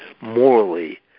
morally